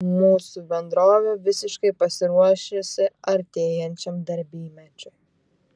mūsų bendrovė visiškai pasiruošusi artėjančiam darbymečiui